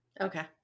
Okay